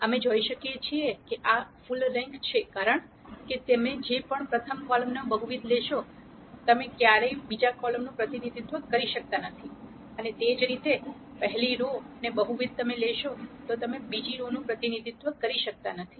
અમે જોઈ શકીએ કે આ ફુલ રેન્ક છે કારણ કે તમે જે પણ પ્રથમ કોલમનો બહુવિધ લેશો તમે ક્યારેય બીજા કોલમનું પ્રતિનિધિત્વ કરી શકતા નથી અને તે જ રીતે જે પહેલી રો નું બહુવિધ તમે લેશો તે તમે બીજી રો નું પ્રતિનિધિત્વ કરી શકતા નથી